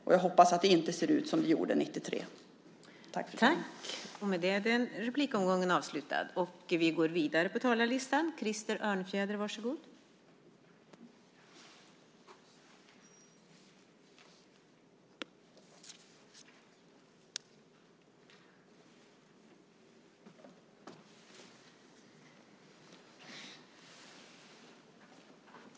Och jag hoppas att det då inte ser ut som det gjorde 1993.